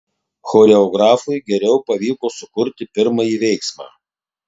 choreografui geriau pavyko sukurti pirmąjį veiksmą